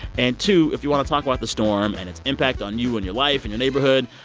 and two, if you want to talk about the storm and its impact on you and your life and your neighborhood,